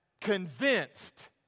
convinced